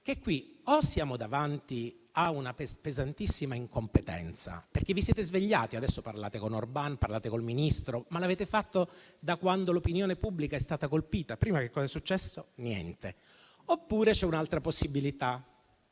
è? Qui siamo davanti a una pesantissima incompetenza, perché è vero che vi siete svegliati (adesso parlate con Orban e con il Ministro), ma l'avete fatto da quando l'opinione pubblica è stata colpita. Prima che cosa è successo? Niente. Oppure, c'è un'altra possibilità,